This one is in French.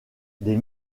des